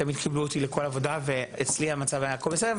תמיד קיבלו אותי לכל עבודה ואצלי המצב היה הכל בסדר.